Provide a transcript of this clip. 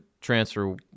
transfer